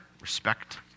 respect